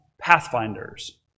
pathfinders